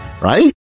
right